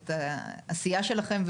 ומוקירה את העשייה שלכם.